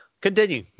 continue